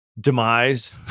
Demise